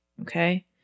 Okay